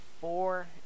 four